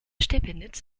stepenitz